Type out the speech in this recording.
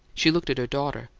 she looked at her daughter.